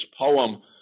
poem